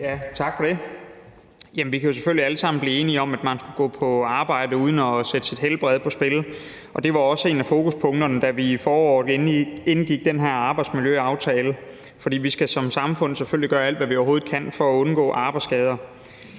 Tak for det. Jamen vi kan selvfølgelig alle sammen blive enige om, at man skal kunne gå på arbejde uden at sætte sit helbred på spil. Det var også et af fokuspunkterne, da vi i foråret indgik den her arbejdsmiljøaftale, for vi skal som samfund selvfølgelig gøre alt, hvad vi overhovedet kan, for at undgå arbejdsskader.